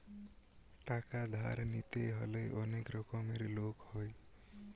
টাকা ধার নিতে হলে অনেক রকমের লোক হয়